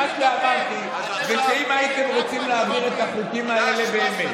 מה שאמרתי זה שאם הייתם רוצים להעביר את החוקים האלה באמת,